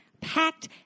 packed